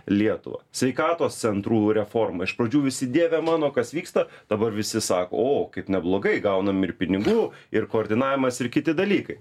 lietuvą sveikatos centrų reformą iš pradžių visi dieve mano kas vyksta dabar visi sako o kaip neblogai gaunam ir pinigų ir koordinavimas ir kiti dalykai